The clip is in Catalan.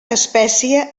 espècie